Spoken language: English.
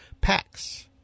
packs